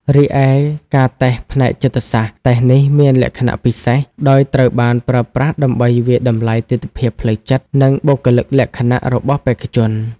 រីឯការតេស្តផ្នែកចិត្តសាស្ត្រ តេស្តនេះមានលក្ខណៈពិសេស ដោយត្រូវបានប្រើប្រាស់ដើម្បីវាយតម្លៃទិដ្ឋភាពផ្លូវចិត្ត និងបុគ្គលិកលក្ខណៈរបស់បេក្ខជន។